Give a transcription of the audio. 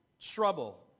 trouble